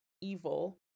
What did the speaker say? evil